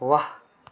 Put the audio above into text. वाह